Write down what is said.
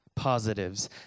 positives